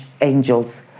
angels